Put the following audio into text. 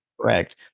correct